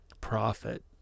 profit